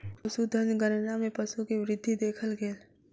पशुधन गणना मे पशु के वृद्धि देखल गेल